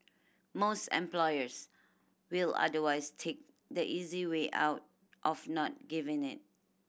most employers will otherwise take the easy way out of not giving it